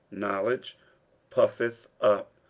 knowledge puffeth up,